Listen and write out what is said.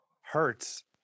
hurts